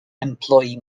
employee